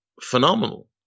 phenomenal